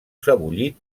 sebollit